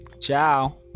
Ciao